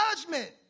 judgment